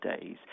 days